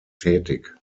tätig